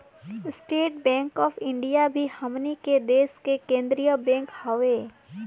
estate Bank of India भी हमनी के देश के केंद्रीय बैंक हवे